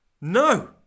No